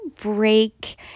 break